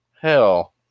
Hell